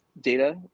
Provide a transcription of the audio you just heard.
data